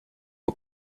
for